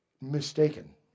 mistaken